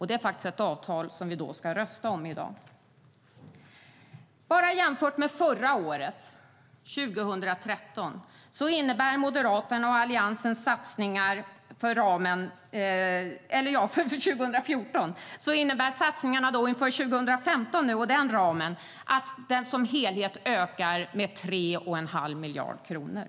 Det är ett avtal som vi ska rösta om i dag. Bara jämfört med förra året, 2013, innebär Moderaternas och Alliansens satsningar inom ramen för 2015 att den som helhet ökar med 3 1⁄2 miljard kronor.